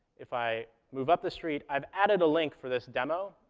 if i move up the street, i've added a link, for this demo,